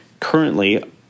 Currently